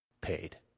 paid